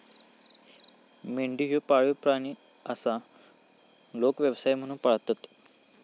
मेंढी ह्यो पाळीव प्राणी आसा, लोक व्यवसाय म्हणून पाळतत